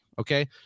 okay